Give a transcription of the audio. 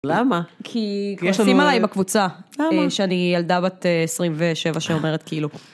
למה? כי יש לנו... כועסים עלי בקבוצה. למה? שאני ילדה בת 27 שאומרת כאילו.